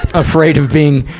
afraid of being,